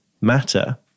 matter